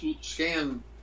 scan